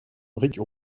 brique